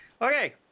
Okay